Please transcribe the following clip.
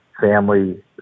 family